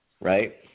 right